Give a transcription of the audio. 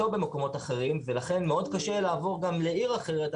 במקומות אחרים ולכן מאוד קשה לעבור גם לעיר אחרת,